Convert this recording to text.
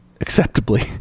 acceptably